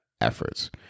efforts